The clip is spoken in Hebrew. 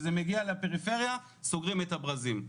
כשזה מגיע לפריפריה סוגרים את הברזים,